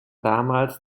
damals